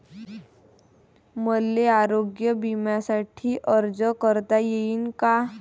मले आरोग्य बिम्यासाठी अर्ज करता येईन का?